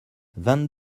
vingt